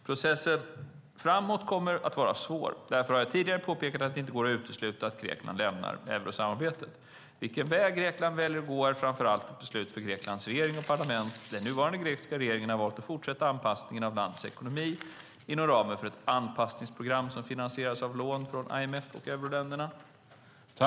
Processen framåt kommer att vara svår. Därför har jag tidigare påpekat att det inte går att utesluta att Grekland lämnar eurosamarbetet. Vilken väg Grekland väljer att gå är framför allt ett beslut för Greklands regering och parlament. Den nuvarande grekiska regeringen har valt att fortsätta anpassningen av landets ekonomi inom ramen för ett anpassningsprogram som finansieras av lån från IMF och euroländerna.